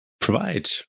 provide